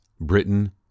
Britain